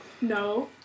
no